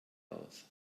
aus